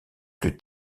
plus